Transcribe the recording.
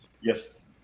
Yes